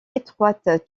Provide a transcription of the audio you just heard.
étroite